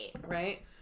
Right